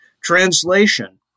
Translation